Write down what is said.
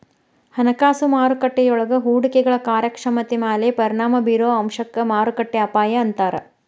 ಹಣಕಾಸು ಮಾರುಕಟ್ಟೆಯೊಳಗ ಹೂಡಿಕೆಗಳ ಕಾರ್ಯಕ್ಷಮತೆ ಮ್ಯಾಲೆ ಪರಿಣಾಮ ಬಿರೊ ಅಂಶಕ್ಕ ಮಾರುಕಟ್ಟೆ ಅಪಾಯ ಅಂತಾರ